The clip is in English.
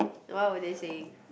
what were they saying